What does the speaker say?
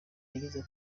yagize